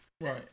right